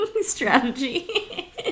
Strategy